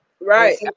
right